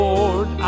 Lord